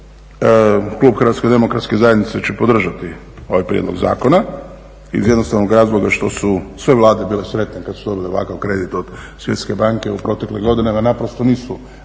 početku klub HDZ-a će podržati ovaj prijedlog zakona iz jednostavnog razloga što su sve vlade bile sretne kada su dobile ovakav kredit od Svjetske banke u proteklim godinama jer nisu